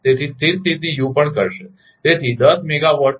તેથી સ્થિર સ્થિતી યુ પણ કરશે તેથી દસ મેગાવાટ